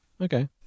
Okay